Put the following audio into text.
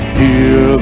hear